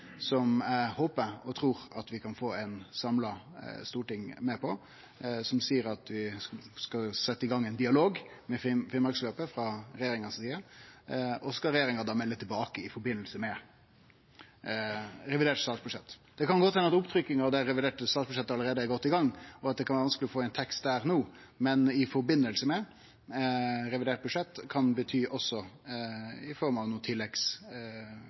som eg håper og trur at vi kan få eit samla storting med på – som seier at ein skal setje i gang ein dialog med Finnmarksløpet frå regjeringa si side. Så skal regjeringa melde tilbake i forbindelse med revidert statsbudsjett. Det kan godt hende at opptrykkinga av det reviderte statsbudsjettet allereie er godt i gang, og at det kan vere vanskeleg å få inn tekst der no, men i forbindelse med revidert budsjett kan også bety i form av